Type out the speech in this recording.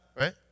Right